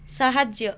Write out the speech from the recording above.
ସାହାଯ୍ୟ